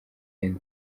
and